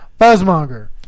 Buzzmonger